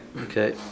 Okay